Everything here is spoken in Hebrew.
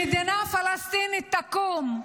אז אני אומרת שמדינה פלסטינית תקום,